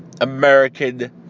American